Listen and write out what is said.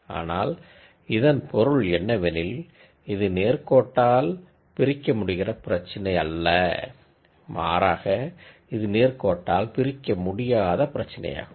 ஆனால் இதன் பொருள் என்னவெனில் இது லீனியர்லி செப்பரபில் பிரச்சினை அல்ல மாறாக இது லீனியர்லி அன்செப்பரபில் பிரச்சினை ஆகும்